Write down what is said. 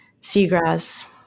seagrass